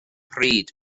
pryd